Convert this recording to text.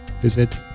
Visit